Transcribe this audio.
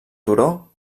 turó